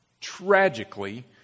tragically